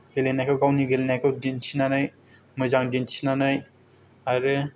गेलेनायखौ गावनि गेलेनायखौ दिन्थिनानै मोजां दिन्थिनानै आरो